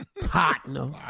partner